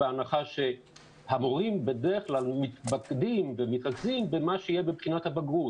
בהנחה שהמורים בדרך כלל מתמקדים ומתרכזים במה שיהיה בבחינת הבגרות.